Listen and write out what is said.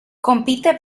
compite